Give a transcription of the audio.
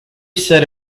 said